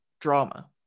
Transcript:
drama